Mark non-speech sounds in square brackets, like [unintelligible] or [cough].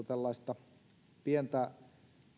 [unintelligible] tällaista pientä